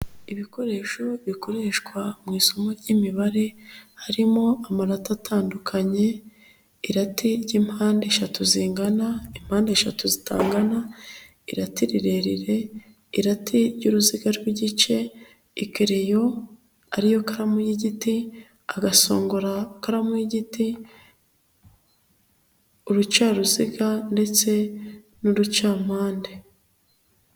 Ibikoresho bikoreshwa mu isomo ry'imibare, harimo amanota atandukanye, irate ry'impande eshatu zingana, impande eshatu zitangana, irate rirerire, irate ry'uruziga rw'igice ikereyo, ariyo karamu y'igiti agasongorakaramu y'igiti, urucaruziga ndetse n'urucampande.